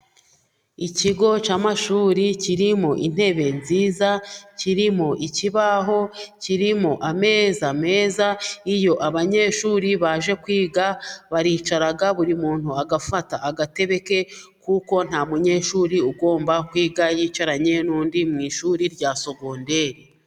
ikigo cy'amashuri kiririmo intebe nziza, kirimo ikibaho kirimo ameza meza iyo abanyeshuri baje kwiga baricara buri muntu agafata agatebe ke kuko nta munyeshuri ugomba kwiga yicaranye n'undi mu ishuri rya sogonderi.